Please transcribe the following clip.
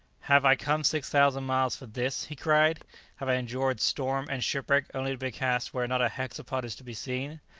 have i come six thousand miles for this? he cried have i endured storm and shipwreck only to be cast where not a hexapod is to be seen?